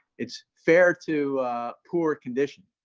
it's fair to poor condition.